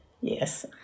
Yes